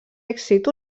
èxit